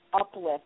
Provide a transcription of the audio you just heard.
uplift